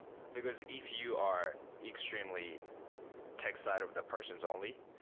because if you are extremely tech side of the person's only,